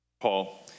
paul